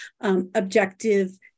Objective